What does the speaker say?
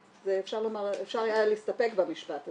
אפשר היה להסתפק במשפט הזה.